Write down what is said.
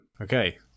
Okay